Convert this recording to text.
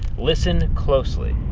listen closely.